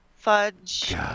fudge